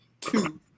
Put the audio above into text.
two